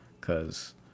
cause